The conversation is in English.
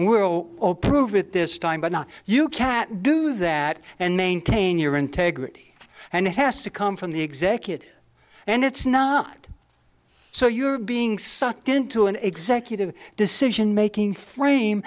grants or prove it this time but now you can't do that and maintain your integrity and it has to come from the executive and it's not so you're being sucked into an executive decision making frame